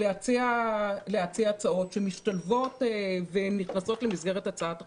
להציע הצעות שמשתלבות ונכנסות למסגרת הצעת החוק.